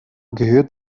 gehört